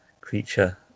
creature